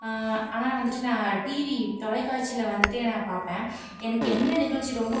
ஆனால் வந்துட்டு நான் டிவி தொலைக்காட்சியில் வந்துட்டு நான் பார்ப்பேன் எனக்கு எந்த நிகழ்ச்சி ரொம்ப